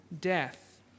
death